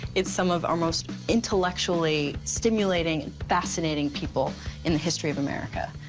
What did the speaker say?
it's some of our most intellectually stimulating, and fascinating people in the history of america.